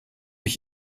ich